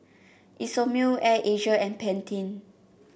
Isomil Air Asia and Pantene